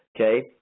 Okay